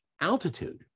altitude